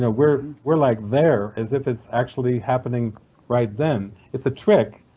ah we're we're like there, as if it's actually happening right then. it's a trick.